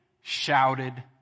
shouted